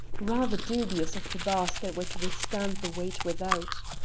rather dubious of the bars that were to withstand the weight without.